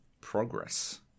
progress